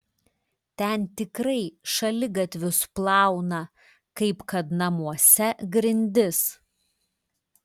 ten tikrai šaligatvius plauna kaip kad namuose grindis